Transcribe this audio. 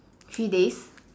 three days